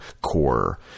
core